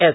S